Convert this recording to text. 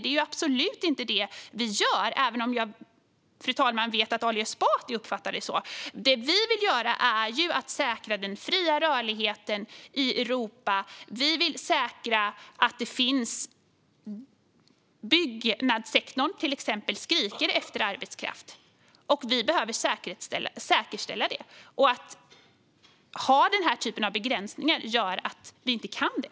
Det är absolut inte det vi gör, även om jag vet, fru talman, att Ali Esbati uppfattar det så. Det vi vill göra är att säkra den fria rörligheten i Europa. Byggnadssektorn, till exempel, skriker efter arbetskraft. Vi behöver säkerställa den. Men denna typ av begränsningar gör att vi inte kan göra det.